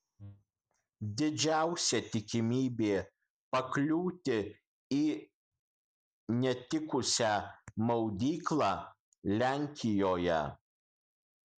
didžiausia tikimybė pakliūti į netikusią maudyklą lenkijoje